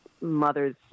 mothers